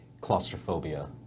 claustrophobia